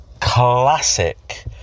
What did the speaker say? classic